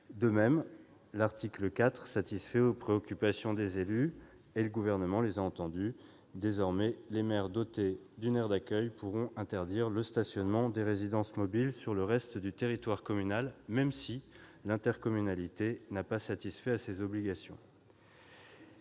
De même, l'article 4 satisfait aux préoccupations des élus, que le Gouvernement a entendues. Désormais, les maires d'une commune dotée d'une aire d'accueil pourront interdire le stationnement des résidences mobiles sur le reste du territoire communal, même si l'intercommunalité n'a pas satisfait à ses obligations.